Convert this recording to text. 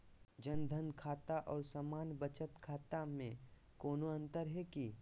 जन धन खाता और सामान्य बचत खाता में कोनो अंतर है की?